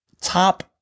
top